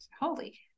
holy